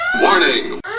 Warning